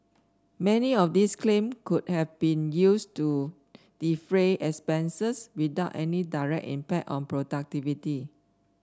many of these claim could have been used to defray expenses without any direct impact on productivity